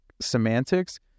semantics